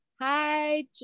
hi